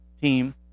team